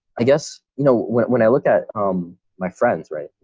i guess you know, when i look at um my friends, right?